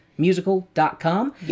musical.com